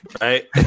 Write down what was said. right